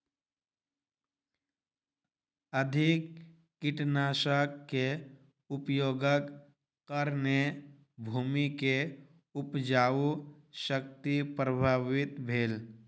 अधिक कीटनाशक के उपयोगक कारणेँ भूमि के उपजाऊ शक्ति प्रभावित भेल